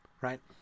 right